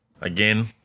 Again